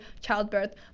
childbirth